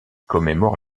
commémore